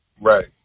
Right